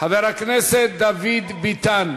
חבר הכנסת דוד ביטן.